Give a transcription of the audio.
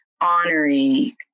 honoring